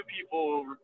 people